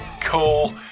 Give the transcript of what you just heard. cool